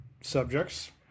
subjects